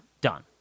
Done